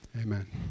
Amen